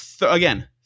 again